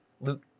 Luke